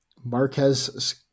Marquez